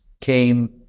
came